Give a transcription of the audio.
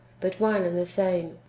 but one and the same,